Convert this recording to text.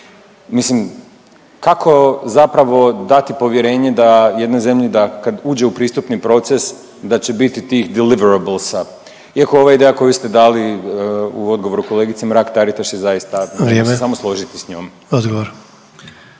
mislim kako zapravo dati povjerenje da jednoj zemlji da kad uđe u pristupni proces da će biti tih deliverables iako ova ideja koju ste dali u odgovoru kolegici Mrak Taritaš je zaista …/Upadica: Vrijeme./… mogu se samo složiti s njom.